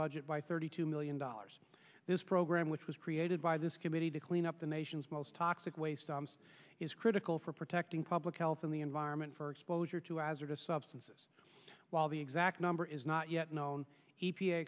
budget by thirty two million dollars this program which was created by this committee to clean up the nation's most toxic waste dumps is critical for protecting public health and the environment for exposure to as or to substances while the exact number is not yet known e p